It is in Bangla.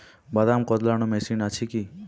বাদাম কদলানো মেশিন আছেকি?